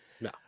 No